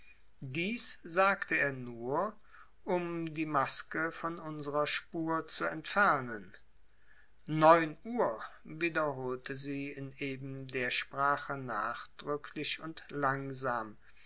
dies sagte er nur um die maske von unserer spur zu entfernen neun uhr wiederholte sie in eben der sprache nachdrücklich und langsam